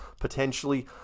potentially